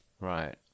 Right